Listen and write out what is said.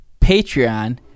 patreon